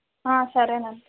సరే అండీ